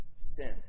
sin